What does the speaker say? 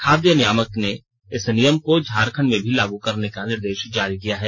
खाद्य नियामक ने इस नियम को झारखंड में भी लागू करने का निर्देश जारी किया है